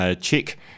Chick